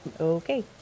Okay